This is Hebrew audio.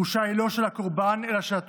הבושה היא לא של הקורבן אלא של התוקף,